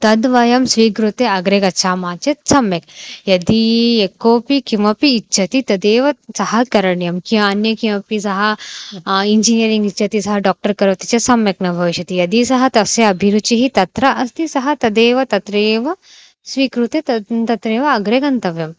तद् वयं स्वीकृत्य अग्रे गच्छामः चेत् सम्यक् यदि यः कोपि किमपि इच्छति तदेव सः करणीयं किम् अन्ये किमपि सः इञ्जिनियरिङ्ग् इच्छति सः डाक्टर् करोति चेत् सम्यक् न भविष्यति यदि सः तस्य अभिरुचिः तत्र अस्ति सः तदेव तत्रैव स्वीकृत्य तद् तत्रैव अग्रे गन्तव्यम्